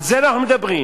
על זה אנחנו מדברים.